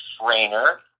trainer